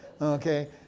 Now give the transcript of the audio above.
okay